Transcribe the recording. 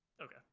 Okay